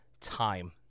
time